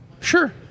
Sure